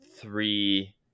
three